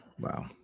wow